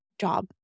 job